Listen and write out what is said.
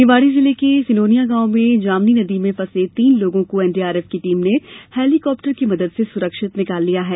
निवाड़ी जिले के सिनोनिया गांव में जामनी नदी में फंसे तीन लोगों को एनडीआरएफ की टीम ने हेलीकाप्टर की मदद से सुरक्षित निकाल लिया है